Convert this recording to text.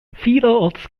vielerorts